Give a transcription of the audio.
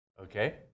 Okay